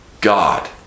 God